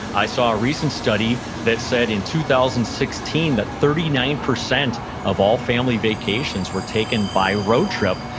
i saw a recent study that said in two thousand and sixteen that thirty nine percent of all family vacations were taken by road trip.